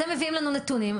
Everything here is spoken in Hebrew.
אתם מביאים לנו נתונים.